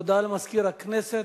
הודעה למזכיר הכנסת,